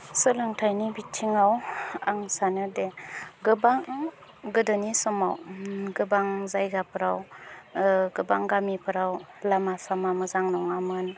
सोलोंथायनि बिथिङाव आं सानो दि गोबां गोदोनि समाव गोबां जायगाफोराव गोबां गामिफोराव लामा सामा मोजां नङामोन